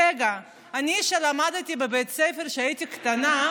אני, כשלמדתי בבית ספר כשהייתי קטנה,